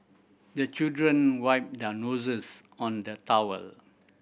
the children wipe their noses on the towel